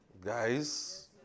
Guys